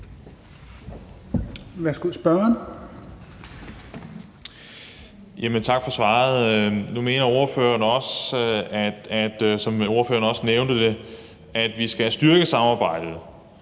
tak for svaret. Nu nævnte ordføreren også, at vi skal styrke samarbejdet.